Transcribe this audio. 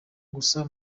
gusa